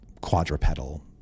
quadrupedal